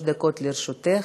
שלוש דקות לרשותך.